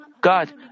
God